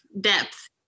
depth